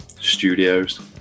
studios